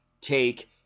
take